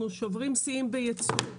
אנחנו שוברים שיאים בייצוא,